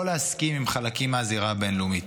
להסכים עם חלקים מהזירה הבין-לאומית.